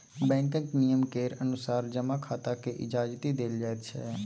बैंकक नियम केर अनुसार जमा खाताकेँ इजाजति देल जाइत छै